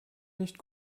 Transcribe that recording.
nicht